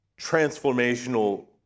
transformational